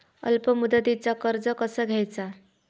अल्प मुदतीचा कर्ज कसा घ्यायचा?